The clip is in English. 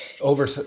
over